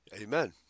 amen